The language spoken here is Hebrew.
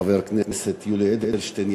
חבר הכנסת יולי אדלשטיין,